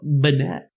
Banette